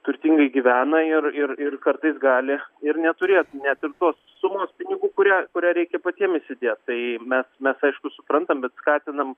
turtingai gyvena ir ir ir kartais gali ir neturėt net ir tos sumos pinigų kurią kurią reikia patiem įsidėt tai mes mes aišku suprantam bet skatinam